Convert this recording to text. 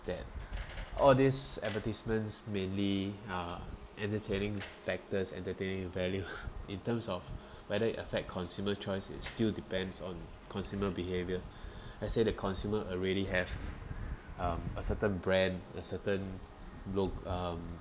that all these advertisements mainly uh entertaining factors entertaining value in terms of whether it affect consumer choice is still depends on consumer behaviour let's say the consumer already have um a certain brand a certain um